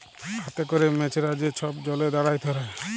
হাতে ক্যরে মেছরা যে ছব জলে দাঁড়ায় ধ্যরে